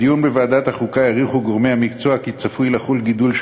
בדיון בוועדת החוקה העריכו גורמי המקצוע כי צפוי לחול גידול של